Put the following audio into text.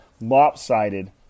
lopsided